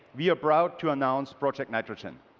we are proud to announce project nitrogen.